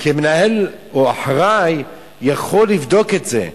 מנהל או אחראי יכול לבדוק את זה,